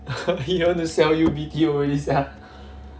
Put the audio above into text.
he want to sell you B_T_O already sia